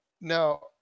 Now